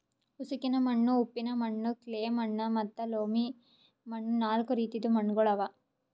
ಉಸುಕಿನ ಮಣ್ಣ, ಉಪ್ಪಿನ ಮಣ್ಣ, ಕ್ಲೇ ಮಣ್ಣ ಮತ್ತ ಲೋಮಿ ಮಣ್ಣ ನಾಲ್ಕು ರೀತಿದು ಮಣ್ಣುಗೊಳ್ ಅವಾ